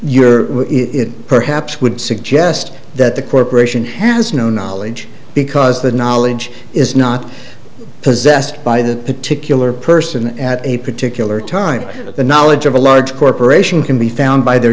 your it perhaps would suggest that the corporation has no knowledge because the knowledge is not possessed by the particular person at a particular time but the knowledge of a large corporation can be found by their